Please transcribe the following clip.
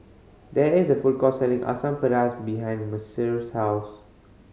there is a food court selling Asam Pedas behind Mercer's house